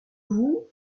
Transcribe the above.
vous